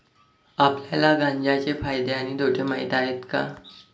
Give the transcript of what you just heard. आपल्याला गांजा चे फायदे आणि तोटे माहित आहेत का?